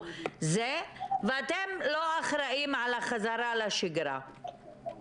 ואתם לא אחראים על החזרה לשגרה.